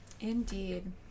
Indeed